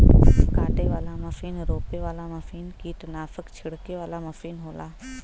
काटे वाला मसीन रोपे वाला मसीन कीट्नासक छिड़के वाला मसीन होला